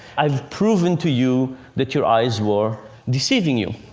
i've proven to you that your eyes were deceiving you.